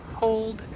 hold